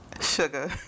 sugar